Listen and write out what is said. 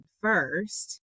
first